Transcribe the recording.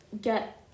get